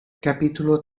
capítulo